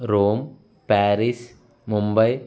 Rome Paris Mumbai